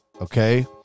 Okay